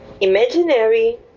IMAGINARY